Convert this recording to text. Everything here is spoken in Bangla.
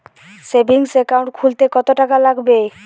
সেভিংস একাউন্ট খুলতে কতটাকা লাগবে?